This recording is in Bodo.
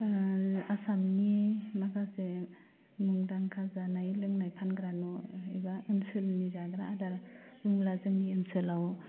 ओह आसामनि माखासे मुंदांखा जानाय लोंनाय फानग्रा न' एबा ओनसोलनि जाग्रा आदार होनब्ला जोंनि ओनसोलाव